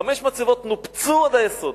חמש מצבות נופצו עד היסוד.